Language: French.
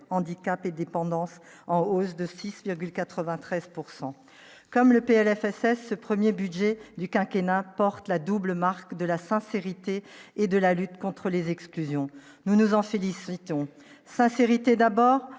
Handicap et dépendance, en hausse de 6,93 pourcent comme le PLFSS ce 1er budget du quinquennat porte la double marque de la sincérité et de la lutte contre les exclusions, nous nous en Cilicie sincérité, d'abord